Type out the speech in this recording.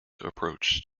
approach